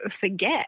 forget